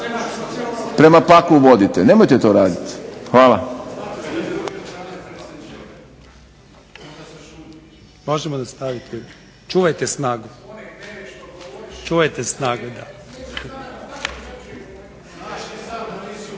prema paklu vodite. Nemojte to raditi. Hvala./… Možemo nastaviti? Čuvajte snagu. Da.